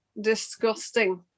Disgusting